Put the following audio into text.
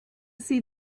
see